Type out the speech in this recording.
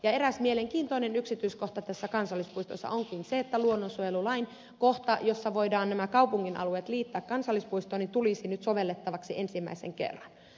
eräs mielenkiintoinen yksityiskohta tässä kansallispuistossa onkin se että luonnonsuojelulain kohta jossa voidaan nämä kaupungin alueet liittää kansallispuistoon tulisi nyt sovellettavaksi ensimmäisen kerran